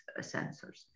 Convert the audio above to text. sensors